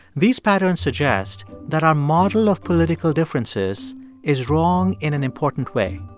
these patterns suggest that our model of political differences is wrong in an important way.